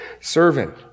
servant